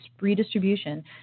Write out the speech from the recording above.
redistribution